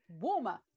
warmer